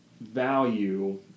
value